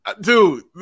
Dude